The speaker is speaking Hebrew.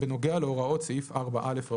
בנוגע להוראות סעיף 4א"."